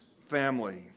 family